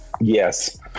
Yes